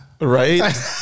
Right